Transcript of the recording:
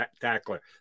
tackler